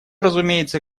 разумеется